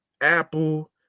Apple